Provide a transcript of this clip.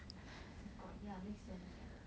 oh my god ya make sense ah